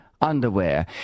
underwear